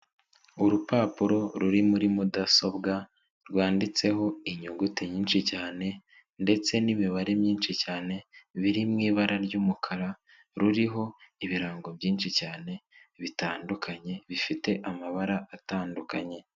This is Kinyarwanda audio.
Urupapuro ruri muri mudasobwa rwanditseho inyuguti nyinshi cyane ndetse n'imibare myinshi cyane biri mw'ibara ry'umukara ruriho ibirango byinshi cyane bitandukanye bifite amabara atandukanye.